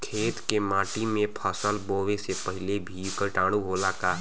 खेत के माटी मे फसल बोवे से पहिले भी किटाणु होला का?